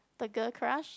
the girl crush